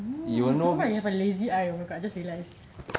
oo oh my how lazy I oh my god I just realise